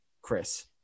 Chris